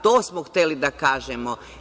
To smo hteli da kažemo.